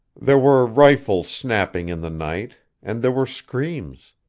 there were rifles snapping in the night and there were screams.